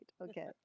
Okay